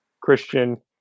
Christian